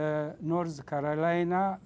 a north carolina